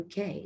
UK